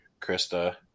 Krista